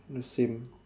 the same